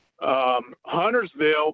Huntersville